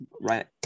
right